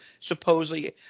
supposedly